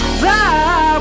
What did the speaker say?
fly